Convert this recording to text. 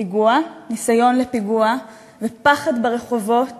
פיגוע, ניסיון לפיגוע ופחד ברחובות